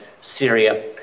Syria –